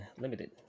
Limited